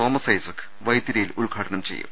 Thomas Isaac വൈത്തിരിയിൽ ഉദ്ഘാടനം ചെയ്യും